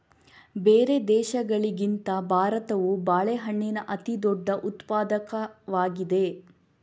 ಬೇರೆ ದೇಶಗಳಿಗಿಂತ ಭಾರತವು ಬಾಳೆಹಣ್ಣಿನ ಅತಿದೊಡ್ಡ ಉತ್ಪಾದಕವಾಗಿದೆ